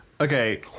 Okay